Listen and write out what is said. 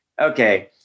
Okay